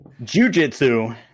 Jujitsu